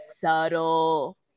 subtle